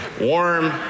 warm